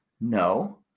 no